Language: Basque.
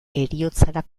heriotzara